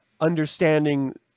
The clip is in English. understanding